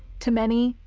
to many,